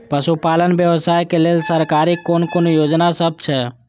पशु पालन व्यवसाय के लेल सरकारी कुन कुन योजना सब छै?